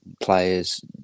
players